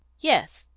yes,